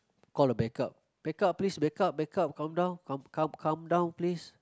call a backup backup please backup backup come down come come come down please